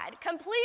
completely